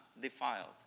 defiled